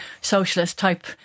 socialist-type